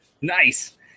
Nice